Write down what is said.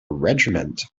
regiment